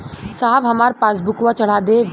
साहब हमार पासबुकवा चढ़ा देब?